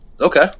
Okay